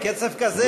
בקצב כזה,